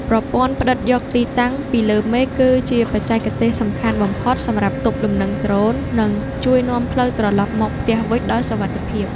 ប្រព័ន្ធផ្ដិតយកទីតាំងពីលើមេឃគឺជាបច្ចេកទេសសំខាន់បំផុតសម្រាប់ទប់លំនឹងដ្រូន និង ជួយនាំផ្លូវត្រលប់មកផ្ទះវិញដោយសុវត្ថិភាព។